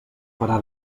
farà